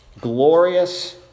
glorious